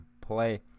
play